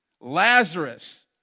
Lazarus